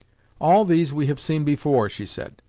all these we have seen before, she said,